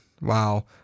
Wow